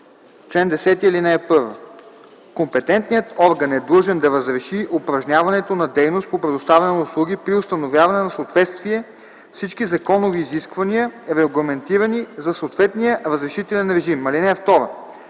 „Чл. 10. (1) Компетентният орган е длъжен да разреши упражняването на дейност по предоставяне на услуги при установяване на съответствие с всички законови изисквания, регламентирани за съответния разрешителен режим. (2)